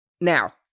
now